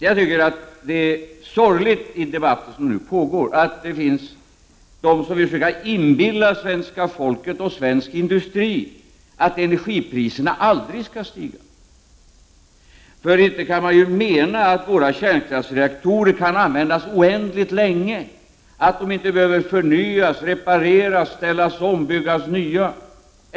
Jag tycker att det är sorgligt att det i den debatt som nu pågår finns personer som vill försöka inbilla svenska folket och svensk industri att energipriserna aldrig skall stiga. För de kan väl inte mena att våra kärnkraftsreaktorer kan användas oändligt länge, att man inte behöver förnya, reparera, ställa om och bygga nya reaktorer?